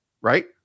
right